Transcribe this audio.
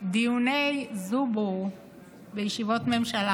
דיוני זובור בישיבת ממשלה,